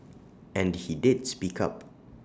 and he did speak up